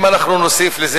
אם אנחנו נוסיף לזה,